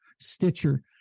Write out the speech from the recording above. Stitcher